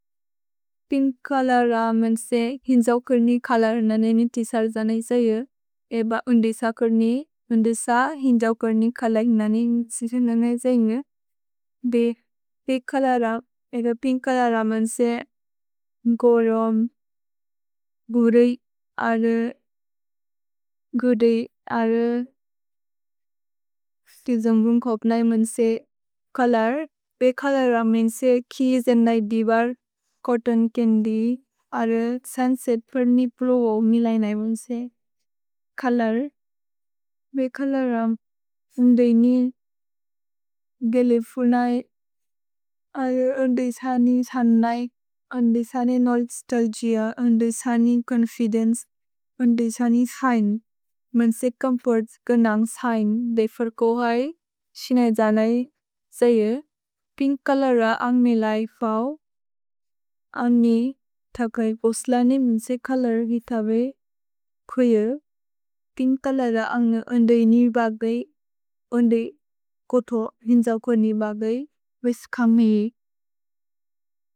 Pink colour मेअन्से हिन्जौकर्नि colour ननेनि तिसर् जनै जयु। एब उन्देस कर्नि, उन्देस हिन्जौकर्नि कलर् ननेनि तिसर् ननै जयु। भे पिन्क् चोलोर, एग पिन्क् चोलोर मेअन्से गोरोम्, गुदै, अरु, गुदै, अरु, तिजन्बुन् खोब्नै मेअन्से चोलोर्। भे चोलोर मेअन्से खि जनै दिवर्, चोत्तोन् चन्द्य्, अरु, सुन्सेत् पर्नि प्लोबो मिलै नै बुन्से। कलर्, बे चोलोर, उन्देनि, गले फुनै, अरु, उन्देस निजनै, उन्देस निजनै नोस्तल्गिअ, उन्देस निजनै चोन्फिदेन्चे, उन्देस निजनै शिने, मेन्से चोम्फोर्त्स् गनन्ग् शैन्, देफर्कोहै, शिनै जनै जयु। पिन्क् चोलोर अन्ग् मिलै फओ। अन्गि, थकै पोस्लनि मेन्से कलर् हितबे, ख्वेउ, पिन्क् चोलोर अन्ग् उन्देनि निर्बगै, उन्दे कोथो हिन्जौकर्नि बगै, वेस् खमी।